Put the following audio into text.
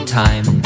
time